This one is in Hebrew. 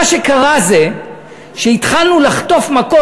מה שקרה זה שהתחלנו לחטוף מכות.